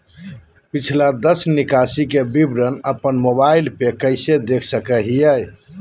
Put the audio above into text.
पिछला दस निकासी के विवरण अपन मोबाईल पे कैसे देख सके हियई?